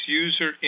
user